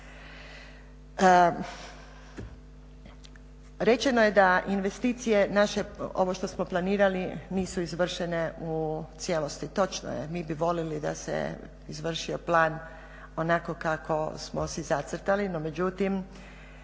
Rečeno je da investicije naše, ovo što smo planirani nisu izvršene u cijelosti, točno je, mi bi voljeli da se izvršio plan onako kako smo si zacrtali, međutim